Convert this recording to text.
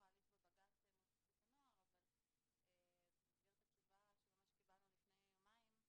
ההליך בבג"ץ מול חסות הנוער ממש לפני יומיים,